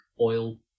oil